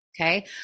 okay